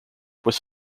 was